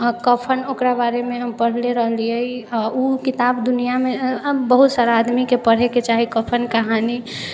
कफन ओकरा बारेमे हम पढ़ले रहिए आओर ओ किताब दुनिआमे बहुत सारा आदमीके पढ़ैके चाही कफन कहानी